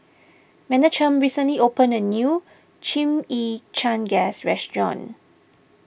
Menachem recently opened a new Chimichangas restaurant